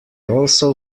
also